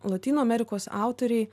lotynų amerikos autoriai